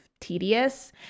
tedious